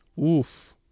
Oof